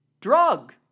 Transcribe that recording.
drug